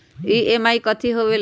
EMI कथी होवेले?